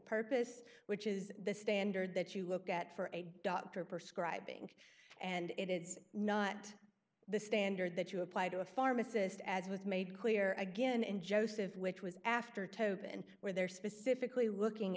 purpose which is the standard that you look at for a doctor prescribing and it is not the standard that you apply to a pharmacist as was made clear again in joseph which was after tope and where they're specifically looking